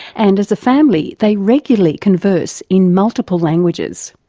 and as a family they regularly converse in multiple languages.